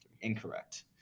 Incorrect